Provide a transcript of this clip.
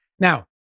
Now